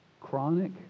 chronic